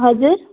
हजुर